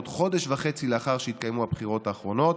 חודש וחצי אחרי שהתקיימו הבחירות האחרונות,